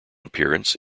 appearance